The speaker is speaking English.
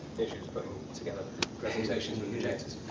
issues putting together presentations with projectors.